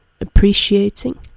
appreciating